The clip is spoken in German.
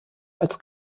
als